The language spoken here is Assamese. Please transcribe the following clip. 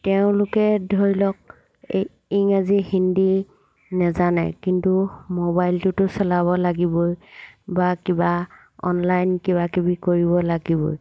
তেওঁলোকে ধৰি লওক এই ইংৰাজী হিন্দী নাজানে কিন্তু মোবাইলটোতো চলাব লাগিবই বা কিবা অনলাইন কিবা কিবি কৰিব লাগিবই